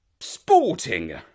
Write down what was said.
sporting